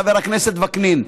חבר הכנסת וקנין.